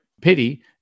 pity